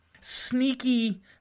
sneaky